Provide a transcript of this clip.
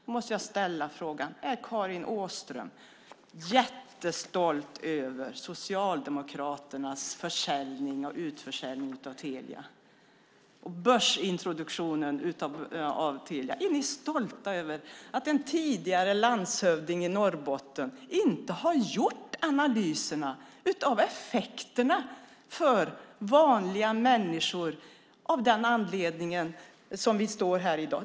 Då måste jag ställa frågan: Är Karin Åström jättestolt över Socialdemokraternas försäljning och utförsäljning av Telia och börsintroduktionen av Telia? Är ni stolta över att en tidigare landshövding i Norrbotten inte har gjort analyserna av effekterna för vanliga människor av den anledning som vi står här i dag?